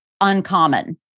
uncommon